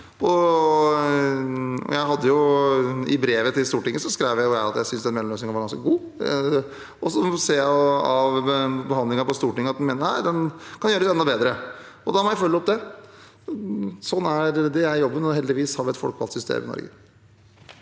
I brevet til Stortinget skrev jeg at jeg synes den mellomløsningen var ganske god, men jeg ser av behandlingen på Stortinget at man mener at den kan gjøres enda bedre. Da må jeg følge opp det. Det er jobben, og heldigvis har vi et folkevalgt system i Norge.